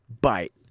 bite